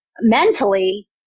mentally